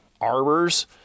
arbors